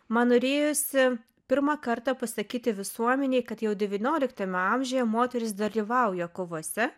man norėjosi pirmą kartą pasakyti visuomenei kad jau devynioliktame amžiuje moterys dalyvauja kovose